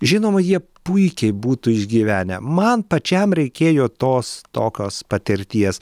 žinoma jie puikiai būtų išgyvenę man pačiam reikėjo tos tokios patirties